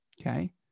okay